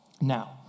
Now